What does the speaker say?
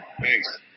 thanks